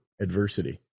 adversity